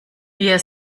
wir